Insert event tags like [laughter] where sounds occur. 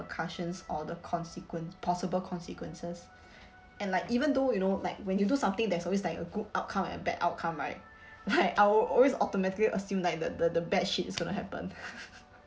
repercussions or the consequence possible consequences [breath] and like even though you know like when you do something there's always like a good outcome and bad outcome right like [laughs] I'll always automatically assume like the the the bad shit [noise] is going to happen [laughs]